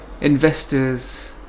investors